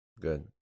Good